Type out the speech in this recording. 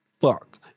fuck